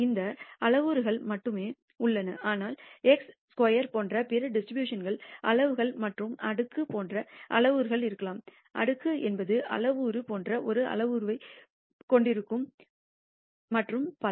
இரண்டு அளவுருக்கள் மட்டுமே உள்ளன ஆனால் χ ஸ்கொயர் போன்ற பிற டிஸ்ட்ரிபியூஷன்களில் அளவுகள் மற்றும் அடுக்கு போன்ற அளவுருக்கள் இருக்கலாம் அடுக்கு என்பது அளவுரு போன்ற ஒரு அளவுருவைக் கொண்டிருக்கும் so மற்றும் பல